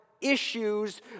issues